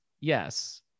Yes